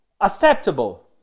acceptable